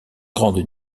grande